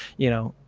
you know,